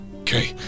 Okay